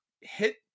hit